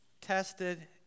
tested